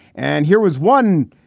and here was one,